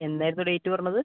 എന്നായിരുന്നു ഡേറ്റ് പറഞ്ഞത്